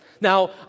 Now